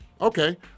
Okay